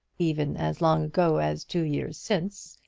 even as long ago as two years since,